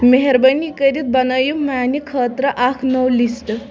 مہربٲنی کٔرِتھ بنٲیو میانہِ خٲطرٕ اکھ نوٚو لسٹ